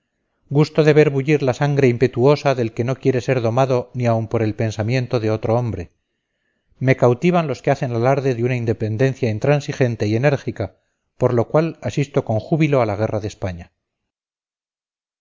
gusto de ver bullir la sangre impetuosa del que no quiere ser domado ni aun por el pensamiento de otro hombre me cautivan los que hacen alarde de una independencia intransigente y enérgica por lo cual asisto con júbilo a la guerra de españa